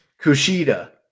Kushida